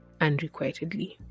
unrequitedly